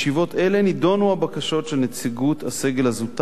בישיבות אלה נדונו הבקשות של נציגות הסגל הזוטר,